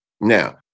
Now